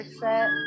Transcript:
set